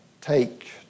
take